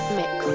mix